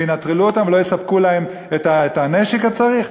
וינטרלו אותם ולא יספקו להם את הנשק שצריך?